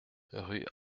rue